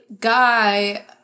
guy